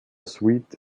suite